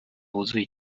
wuzuye